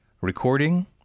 Recording